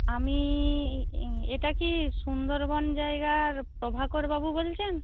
আমি এটা কি সুন্দরবন জায়গার প্রভাকরবাবু বলছেন